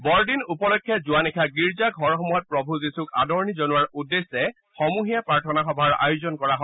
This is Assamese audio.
বৰদিন উপলক্ষে যোৱা নিশা গীৰ্জা ঘৰসমূহত প্ৰভূ যীশুক আদৰণি জনোৱাৰ উদ্দেশ্যে সমূহীয়া প্ৰাৰ্থনা সভাৰ আয়োজন কৰা হয়